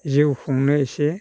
जिउ खुंनो इसे